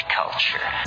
culture